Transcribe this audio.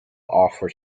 offer